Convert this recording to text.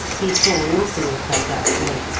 he saw nothing of her that day.